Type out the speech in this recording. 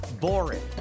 boring